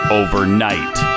overnight